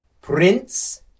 Prince